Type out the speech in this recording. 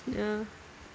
ya